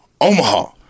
Omaha